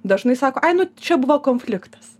dažnai sako ai nu čia buvo konfliktas